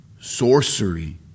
sorcery